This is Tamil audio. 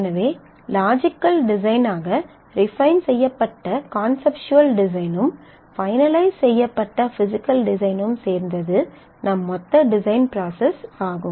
எனவே லாஜிக்கல் டிசைனாக ரிஃபைன் செய்யப்பட்ட கான்செப்சுவல் டிசைனும் ஃபைனலைஸ் செய்யப்பட்ட பிஸிக்கல் டிசைனும் சேர்ந்தது நம் மொத்த டிசைன் ப்ராசஸ் ஆகும்